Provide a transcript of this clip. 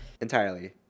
Entirely